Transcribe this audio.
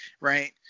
right